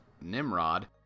Nimrod